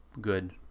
good